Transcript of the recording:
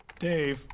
Dave